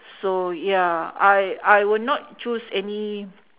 so ya I I would not choose any